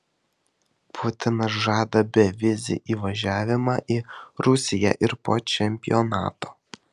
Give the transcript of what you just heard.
putinas žada bevizį įvažiavimą į rusiją ir po čempionato